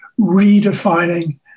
redefining